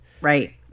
Right